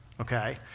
okay